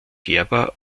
gerber